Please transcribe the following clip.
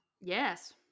yes